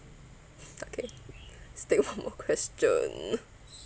okay still one more question